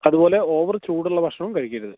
അതുപോലെ ഓവര് ചൂടുള്ള ഭക്ഷണവും കഴിക്കരുത്